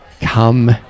Come